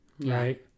Right